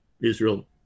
israel